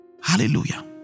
Hallelujah